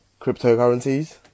cryptocurrencies